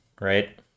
right